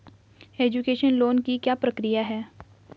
Education loan की क्या प्रक्रिया है?